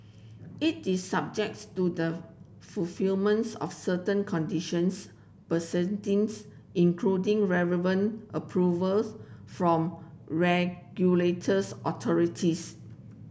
it is subjects to the fulfillments of certain conditions precedents including relevant approvals from regulators authorities